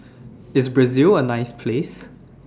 IS Brazil A nice Place